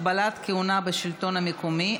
הגבלת כהונה בשלטון המקומי),